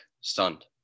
stunned